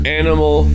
animal